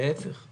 להפך.